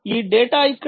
ఈ డేటా ఇక్కడ 15